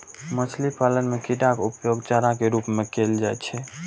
मछली पालन मे कीड़ाक उपयोग चारा के रूप मे कैल जाइ छै